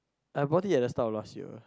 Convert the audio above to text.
I bought it at the start of last year